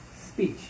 speech